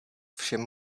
všem